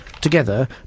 together